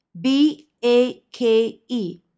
B-A-K-E